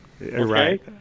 Right